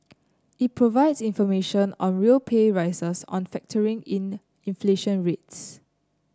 it provides information on real pay rises on factoring in inflation rates